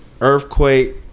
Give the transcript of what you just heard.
earthquake